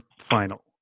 final